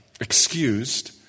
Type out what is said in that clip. excused